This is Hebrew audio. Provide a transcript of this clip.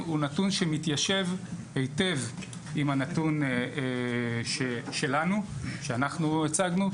הוא נתון שמתיישב היטב עם הנתון שאנחנו הצגנו,